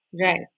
Right